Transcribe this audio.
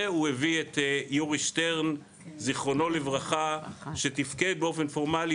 והוא הביא את יורי שטרן ז"ל שתפקד באופן פורמלי,